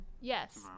Yes